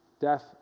death